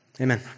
Amen